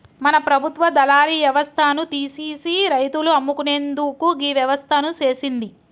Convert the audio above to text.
మన ప్రభుత్వ దళారి యవస్థను తీసిసి రైతులు అమ్ముకునేందుకు గీ వ్యవస్థను సేసింది